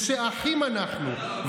ושאחים אנחנו,